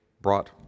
brought